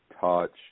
touch